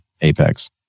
Apex